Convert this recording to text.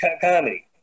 comedy